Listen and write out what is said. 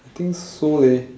I think so leh